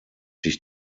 sich